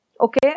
Okay